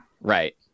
Right